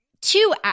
two